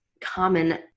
common